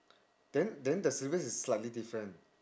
then then the syllabus is slightly different